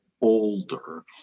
older